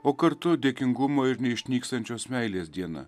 o kartu dėkingumo ir neišnykstančios meilės diena